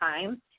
time